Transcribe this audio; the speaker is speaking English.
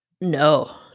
No